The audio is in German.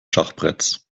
schachbretts